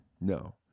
No